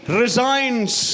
resigns